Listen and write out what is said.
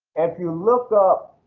if you look up